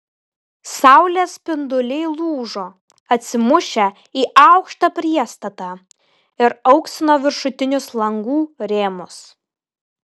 saulės spinduliai lūžo atsimušę į aukštą priestatą ir auksino viršutinius langų rėmus